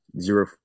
zero